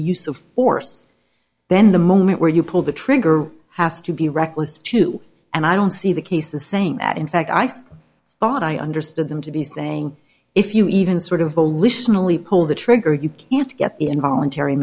use of force then the moment where you pull the trigger has to be reckless too and i don't see the case the same at in fact ice thought i understood them to be saying if you even sort of volitionally pull the trigger you can't get the involuntary